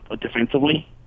defensively